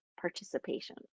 participation